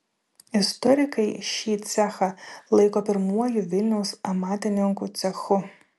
istorikai šį cechą laiko pirmuoju vilniaus amatininkų cechu